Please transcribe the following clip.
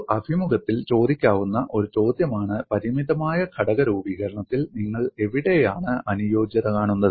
ഒരു അഭിമുഖത്തിൽ ചോദിക്കാവുന്ന ഒരു ചോദ്യമാണ് പരിമിതമായ ഘടക രൂപീകരണത്തിൽ നിങ്ങൾ എവിടെയാണ് അനുയോജ്യത കാണുന്നത്